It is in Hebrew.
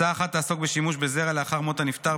הצעה אחת תעסוק בשימוש בזרע לאחר מות הנפטר,